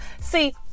see